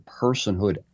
personhood